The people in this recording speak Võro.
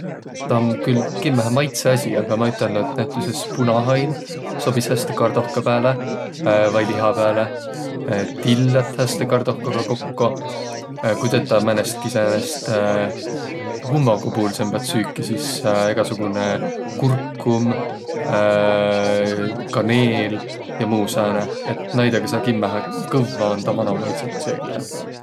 Taa om külh maitsõasi, aga ma ütelnüq, et näütüses punahain sobis häste kardohka pääle vai liha pääle. Till lätt häste kardohkaga kokko. Ku tetäq määnestki säänest hummogupuulsõmbat süüki, sis egäsugunõ kurkum kaneel ja muu sääne. Et naidõga saa kimmähe kõvva andaq manoq maitsõt söögile.